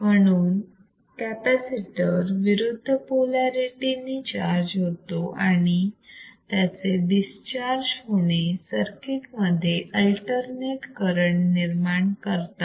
म्हणून कॅपॅसिटर विरुद्ध पोलारिटी ने चार्ज होतो आणि त्याचे डिस्चार्ज होणे सर्किटमध्ये अल्टरनेट करंट निर्माण करतात